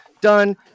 Done